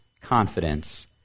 confidence